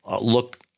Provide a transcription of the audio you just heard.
look